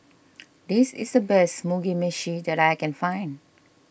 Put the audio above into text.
this is the best Mugi Meshi that I can find